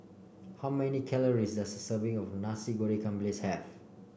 how many calories does a serving of Nasi Goreng Ikan Bilis have